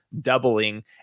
doubling